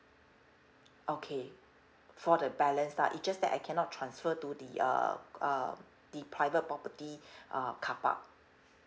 okay for the balance lah it's just that I cannot transfer to the uh uh the private property uh carpark